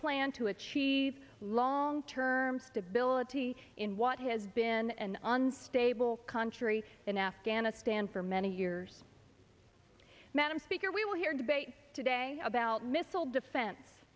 plan to achieve long term stability in what has been an unstable country in afghanistan for many years madam speaker we will hear debate today about missile defense